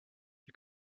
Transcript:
you